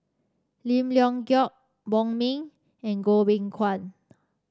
Lim Leong Geok Wong Ming and Goh Beng Kwan